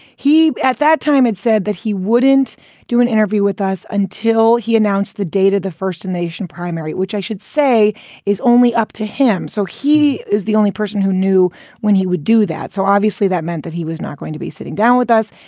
he at that time had said that he wouldn't do an interview with us until he announced the date of the first nation primary, which i should say is only up to him. so he is the only person who knew when he would do that. so obviously that meant that he was not going to be sitting down with us.